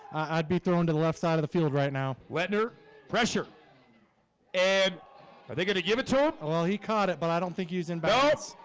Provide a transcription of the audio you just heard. i'd be throwing to the left side of the field right now wet nur pressure and are they gonna give it to it? and well, he caught it but i don't think he's in balance.